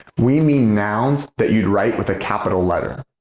we mean nouns that you'd write with a capital letter.